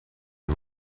and